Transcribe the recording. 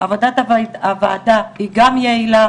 עבודת הוועדה היא גם יעילה,